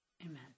Amen